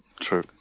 true